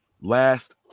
Last